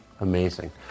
Amazing